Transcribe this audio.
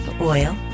oil